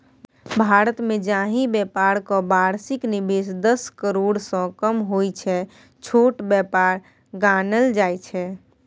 भारतमे जाहि बेपारक बार्षिक निबेश दस करोड़सँ कम होइ छै छोट बेपार गानल जाइ छै